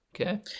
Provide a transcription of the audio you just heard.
Okay